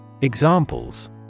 Examples